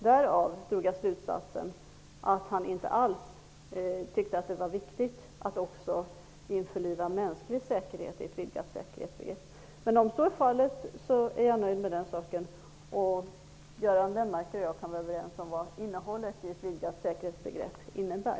Därav drog jag slutsatsen att han inte alls tyckte att det var viktigt att också införliva mänsklig säkerhet i ett vidgat säkerhetsbegrepp. Men om så är fallet är jag nöjd med den saken och Göran Lennmarker och jag kan vara överens om vad innehållet i ett vidgat säkerhetsbegrepp innebär.